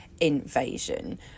invasion